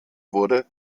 wurde